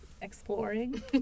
Exploring